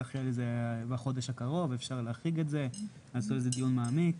שאפשר להחריג את זה בחודש הקרוב ולעשות על זה דיון מעמיק.